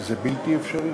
זה בלתי אפשרי.